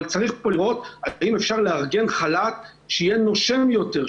אבל צריך פה לראות אם אפשר לארגן חל"ת שיהיה נושם יותר,